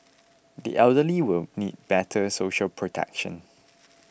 the elderly will need better social protection